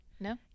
no